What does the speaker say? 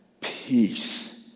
peace